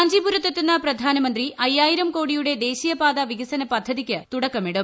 കാഞ്ചീപുരത്തെത്തുന്ന പ്രധാനമന്ത്രി അയ്യായിരം കോടിയുടെ ദേശീയ പാതാ വികസന പദ്ധതിക്ക് തുടക്കമിടും